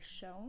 shown